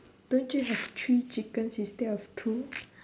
don't you have three chickens instead of two